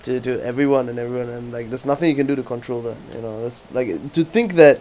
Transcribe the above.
to to everyone and everyone and like there's nothing you can do to control that you know it's like to think that